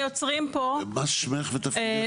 מה שמך ותפקידך?